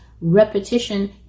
repetition